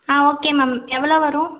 ஆ okay ma'am எவ்வளோ வரும்